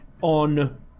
On